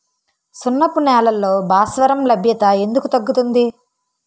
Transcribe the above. సున్నపు నేలల్లో భాస్వరం లభ్యత ఎందుకు తగ్గుతుంది?